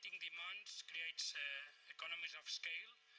the mands creates economies of scale.